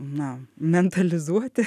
na mentalizuoti